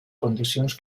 condicions